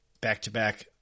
Back-to-back